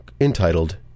entitled